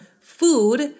food